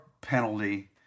penalty